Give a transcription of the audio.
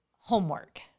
homework